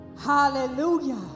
Hallelujah